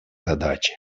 задачи